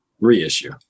Reissue